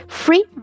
free